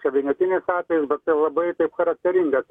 čia vienetinis atvejis bet tai labai taip charakteringas